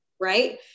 right